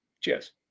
Cheers